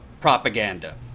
propaganda